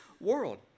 world